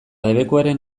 debekuaren